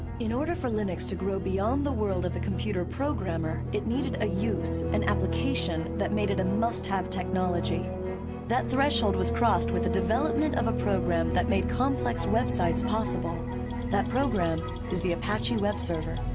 in order for linux to grow beyond the world of the computer programmer it needed a use, an application that made it a must-have technology that threshold was crossed with the development of a program that made complex websites possible that program is the apache web server.